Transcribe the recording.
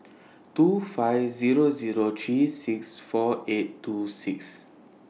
two five Zero Zero three six four eight two six